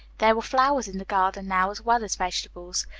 there were flowers in the garden now, as well as vegetables.